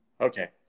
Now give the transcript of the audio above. okay